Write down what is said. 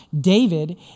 David